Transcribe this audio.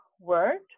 word